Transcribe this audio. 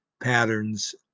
patterns